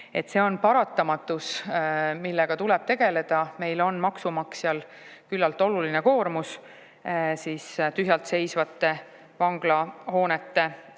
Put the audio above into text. See on paratamatus, millega tuleb tegeleda. Meil on maksumaksjal küllalt oluline koormus tühjalt seisvate vanglahoonete